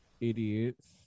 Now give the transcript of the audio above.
idiots